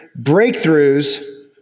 breakthroughs